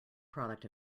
product